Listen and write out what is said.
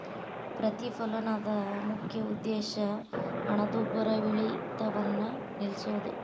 ಪ್ರತಿಫಲನದ ಮುಖ್ಯ ಉದ್ದೇಶ ಹಣದುಬ್ಬರವಿಳಿತವನ್ನ ನಿಲ್ಸೋದು